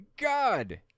God